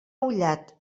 ullat